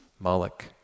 Moloch